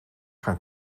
gaan